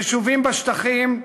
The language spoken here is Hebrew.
יישובים בשטחים,